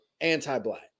anti-Black